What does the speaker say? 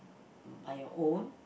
by your own